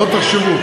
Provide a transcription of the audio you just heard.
דרך אגב,